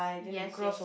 yes yes